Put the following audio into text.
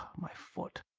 my foot!